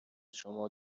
شما